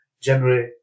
generate